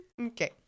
Okay